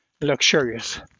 luxurious